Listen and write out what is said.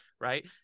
right